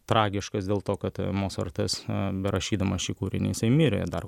tragiškas dėl to kad mocartas berašydamas šį kūrinį jisai mirė dar